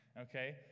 okay